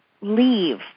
leave